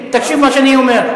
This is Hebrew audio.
לוין, תקשיב מה שאני אומר.